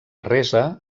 resa